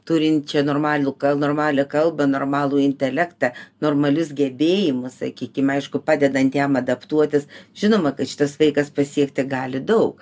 turinčią normalių normalią kalbą normalų intelektą normalius gebėjimus sakykim aišku padedant jam adaptuotis žinoma kad šitas vaikas pasiekti gali daug